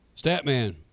Statman